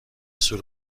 سور